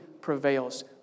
prevails